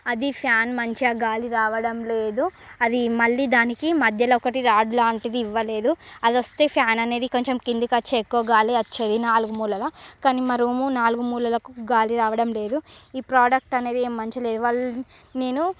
అది ఫ్యాన్ మంచిగా గాలి రావడం లేదు అది మళ్ళీ దానికి మధ్యలో ఒకటి రాడ్ లాంటిది ఇవ్వలేదు అది వస్తే ఫ్యాన్ అనేది కొంచెం కిందికి వచ్చి ఎక్కువ గాలి వచ్చేది నాలుగు మూలాల కానీ మా రూము నాలుగు మూలాల గాలి రావడం లేదు ఈ ప్రోడక్ట్ అనేది మంచిగా లేదు నేను